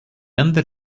ended